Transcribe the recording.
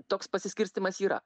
toks pasiskirstymas yra